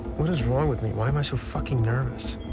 what is wrong with me? why am i so fucking nervous?